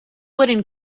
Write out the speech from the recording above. wooden